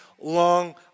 long